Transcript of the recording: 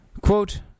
Quote